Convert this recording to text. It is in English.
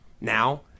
Now